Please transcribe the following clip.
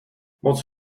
moc